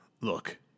look